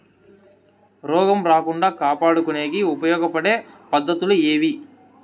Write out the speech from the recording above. రోగం రాకుండా కాపాడుకునేకి ఉపయోగపడే పద్ధతులు ఏవి?